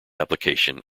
applications